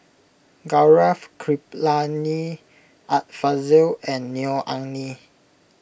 Gaurav Kripalani Art Fazil and Neo Anngee